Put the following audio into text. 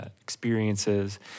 experiences